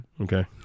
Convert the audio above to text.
Okay